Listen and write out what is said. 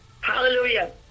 Hallelujah